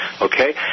okay